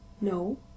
No